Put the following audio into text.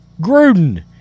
Gruden